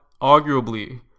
arguably